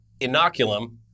Inoculum